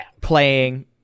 playing